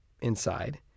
inside